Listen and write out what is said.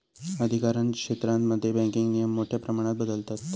अधिकारक्षेत्रांमध्ये बँकिंग नियम मोठ्या प्रमाणात बदलतत